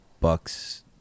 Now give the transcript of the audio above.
Bucks